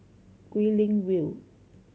Guilin View